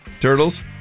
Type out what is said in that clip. Turtles